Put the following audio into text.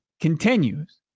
continues